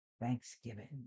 thanksgiving